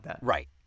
Right